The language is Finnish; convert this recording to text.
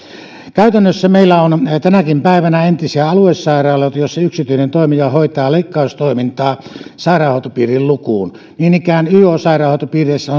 käytännössä meillä on tänäkin päivänä entisiä aluesairaaloita joissa yksityinen toimija hoitaa leikkaustoimintaa sairaanhoitopiirin lukuun niin ikään yo sairaanhoitopiireissä